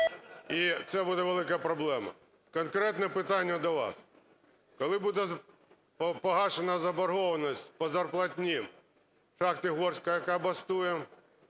І це буде велика проблема. Конкретне питання до вас. Коли буде погашена заборгованість по зарплатні шахти "Горська", яка бастує?